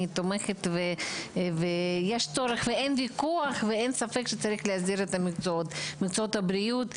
אין ספק שצריך להסדיר את מקצועות הבריאות.